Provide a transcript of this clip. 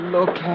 Look